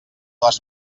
les